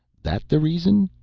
that the reason,